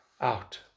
out